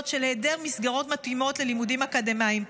של היעדר מסגרות מותאמות ללימודים אקדמיים.